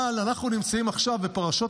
אבל בפרשות השבוע אנחנו נמצאים עכשיו בפרשיות